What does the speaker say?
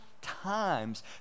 times